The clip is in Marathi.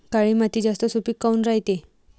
काळी माती जास्त सुपीक काऊन रायते?